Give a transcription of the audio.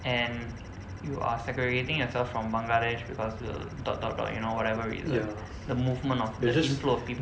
and you are segregating yourself from Bangladesh because the dot dot dot you know whatever reason the movement of the inflow of people